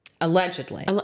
allegedly